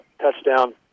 touchdown